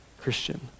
Christian